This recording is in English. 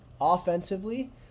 offensively